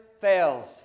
fails